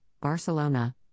Barcelona